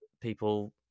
people